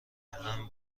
امن